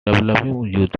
developing